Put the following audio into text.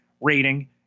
rating